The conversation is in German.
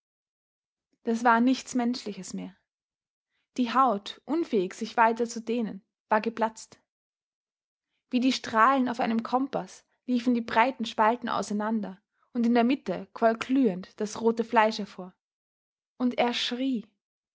das war nichts menschliches mehr die haut unfähig sich weiter zu dehnen war geplatzt wie die strahlen auf einem kompaß liefen die breiten spalten auseinander und in der mitte quoll glühend das rohe fleisch hervor und er schrie